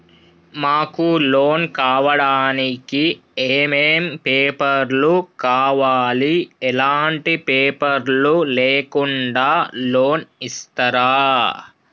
మాకు లోన్ కావడానికి ఏమేం పేపర్లు కావాలి ఎలాంటి పేపర్లు లేకుండా లోన్ ఇస్తరా?